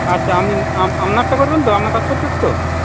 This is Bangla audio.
আচ্চা আমি আপনারটা করবেন তো আপনার কাস্ট সার্টিফিকেট তো